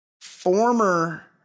Former